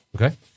Okay